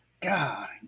god